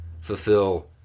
fulfill